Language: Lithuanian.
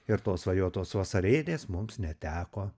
ir tos svajotos vasarėlės mums neteko